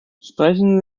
sprechen